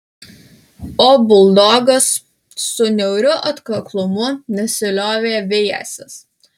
o buldogas su niauriu atkaklumu nesiliovė vijęsis